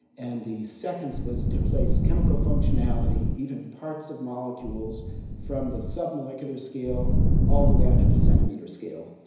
and the second was to place chemical functionality, even parts of molecules from the sub-molecular scale all the way up ah to the centimetre scale.